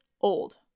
old